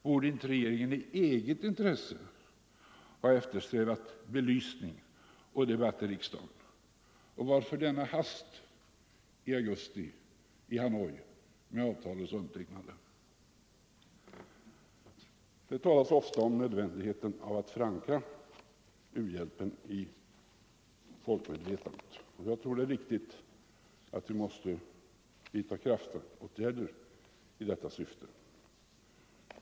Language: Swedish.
Borde inte regeringen i eget intresse ha eftersträvat belysning och debatt i riksdagen? Och varför denna hast i augusti i Hanoi med avtalets undertecknande? Det talas ofta om nödvändigheten av att förankra u-hjälpen i folkmedvetandet, och jag tror det är riktigt att det måste vidtas kraftåtgärder i detta syfte.